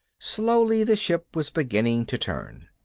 slowly, the ship was beginning to turn.